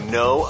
no